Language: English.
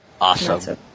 Awesome